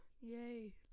yay